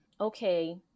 Okay